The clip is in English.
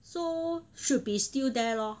so should be still there lor